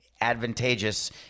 advantageous